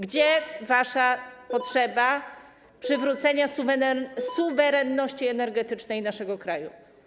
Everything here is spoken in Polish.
Gdzie wasza potrzeba przywrócenia suwerenności energetycznej naszego kraju?